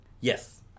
yes